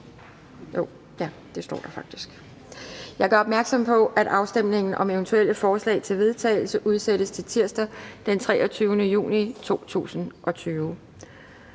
Jeg gør opmærksom på, at afstemningen om eventuelle forslag til vedtagelse udsættes til tirsdag den 23. juni 2020.